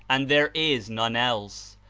and there is none else.